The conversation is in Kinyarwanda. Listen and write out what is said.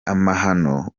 amahano